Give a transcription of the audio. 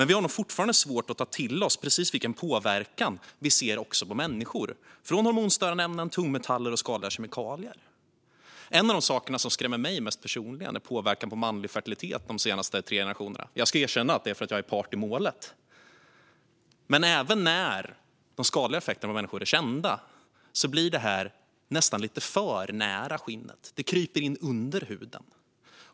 Vi har nog fortfarande svårt att ta till oss vilken påverkan vi ser också på människor från hormonstörande ämnen, tungmetaller och skadliga kemikalier. En av de saker som skrämmer mig mest är påverkan på manlig fertilitet de senaste tre generationerna. Jag ska erkänna att det är för att jag är part i målet. Även när de skadliga effekterna för människor är kända blir det här nästan lite för nära det egna skinnet - det kryper in under huden.